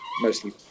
Mostly